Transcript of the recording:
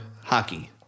hockey